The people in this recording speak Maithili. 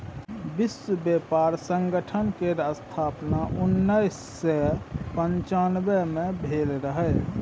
विश्व बेपार संगठन केर स्थापन उन्नैस सय पनचानबे मे भेल रहय